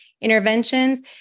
interventions